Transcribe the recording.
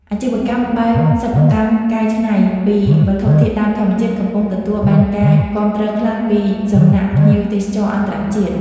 អាជីវកម្មបែបសិប្បកម្មកែច្នៃពីវត្ថុធាតុដើមធម្មជាតិកំពុងទទួលបានការគាំទ្រខ្លាំងពីសំណាក់ភ្ញៀវទេសចរអន្តរជាតិ។